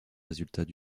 résultats